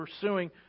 pursuing